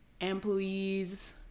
employees